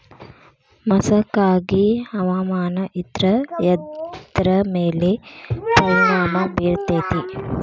ಮಸಕಾಗಿ ಹವಾಮಾನ ಇದ್ರ ಎದ್ರ ಮೇಲೆ ಪರಿಣಾಮ ಬಿರತೇತಿ?